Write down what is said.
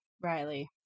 Riley